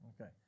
Okay